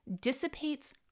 dissipates